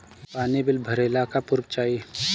पानी बिल भरे ला का पुर्फ चाई?